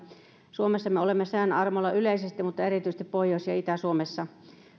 suomessa me olemme sään armoilla yleisesti mutta erityisesti pohjois ja itä suomessa nämä